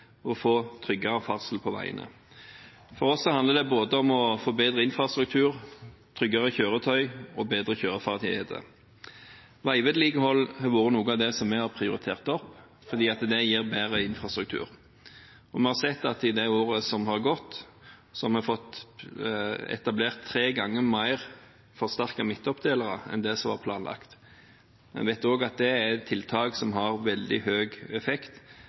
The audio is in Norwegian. å få tryggere ferdsel på veiene. For oss handler det både om å forbedre infrastrukturen, få tryggere kjøretøy og bedre kjøreferdigheter. Veivedlikehold har vært noe av det vi har prioritert opp fordi det gir bedre infrastruktur, og vi har sett at i det året som har gått, har vi fått etablert tre ganger flere forsterkede midtdelere enn det som var planlagt. Vi vet også at det er tiltak som har veldig god effekt